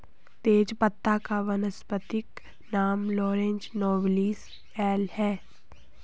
तेजपत्ता का वानस्पतिक नाम लॉरस नोबिलिस एल है